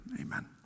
Amen